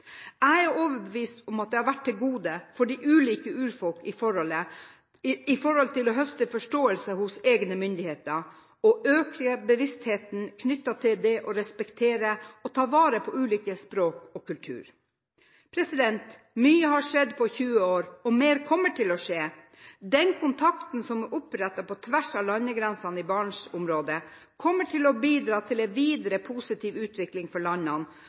Jeg er overbevist om at det har vært til gode for de ulike urfolk når det gjelder å høste forståelse hos egne myndigheter, og når det gjelder økt bevissthet knyttet til det å respektere og ta vare på ulike språk og ulik kultur. Mye har skjedd på 20 år, og mer kommer til å skje. Den kontakten som er opprettet på tvers av landegrensene i Barentsområdet, kommer til å bidra til en videre positiv utvikling for landene